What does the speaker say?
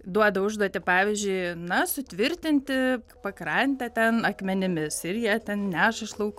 duoda užduotį pavyzdžiui na sutvirtinti pakrantę ten akmenimis ir jie ten neša iš lauko